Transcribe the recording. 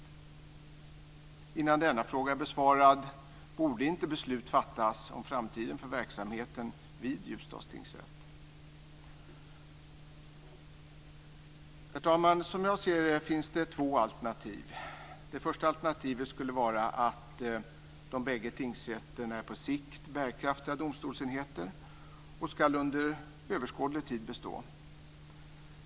Innan denna fråga är besvarad borde inte beslut fattas om framtiden för verksamheten vid Ljusdals tingsrätt. Herr talman! Som jag ser det finns det två alternativ. Det första alternativet skulle vara att de bägge tingsrätterna på sikt är bärkraftiga domstolsenheter och under överskådlig tid ska bestå.